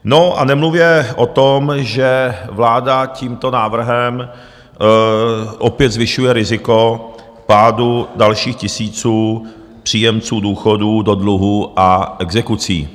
No a nemluvě o tom, že vláda tímto návrhem opět zvyšuje riziko pádu dalších tisíců příjemců důchodů do dluhů a exekucí.